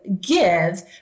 give